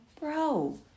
bro